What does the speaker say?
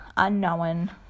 Unknown